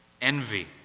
envy